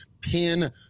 pin